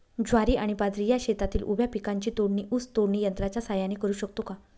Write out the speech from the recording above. ज्वारी आणि बाजरी या शेतातील उभ्या पिकांची तोडणी ऊस तोडणी यंत्राच्या सहाय्याने करु शकतो का?